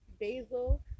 basil